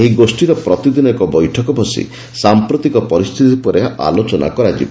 ଏହି ଗୋଷ୍ଠୀର ପ୍ରତିଦିନ ଏକ ବୈଠକ ବସି ସାମ୍ପ୍ରତିକ ପରିସ୍ଥିତି ଉପରେ ଆଲୋଚନା କରାଯିବ